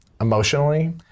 emotionally